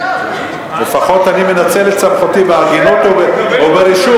לפחות אני מנצל את סמכותי בהגינות וברשות.